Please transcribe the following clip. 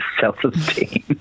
self-esteem